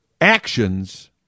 actions